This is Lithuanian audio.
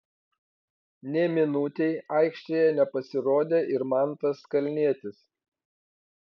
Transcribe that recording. nė minutei aikštėje nepasirodė ir mantas kalnietis